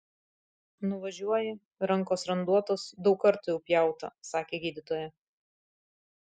nuvažiuoji rankos randuotos daug kartų jau pjauta sakė gydytoja